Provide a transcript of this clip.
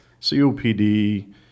COPD